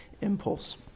impulse